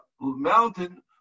mountain